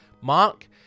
mark